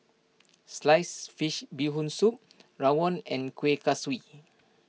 Sliced Fish Bee Hoon Soup Rawon and Kueh Kaswi